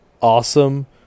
awesome